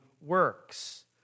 works